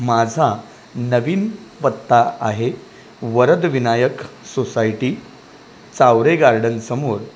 माझा नवीन पत्ता आहे वरदविनायक सोसायटी चावरे गार्डनसमोर